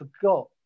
forgot